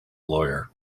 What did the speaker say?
lawyer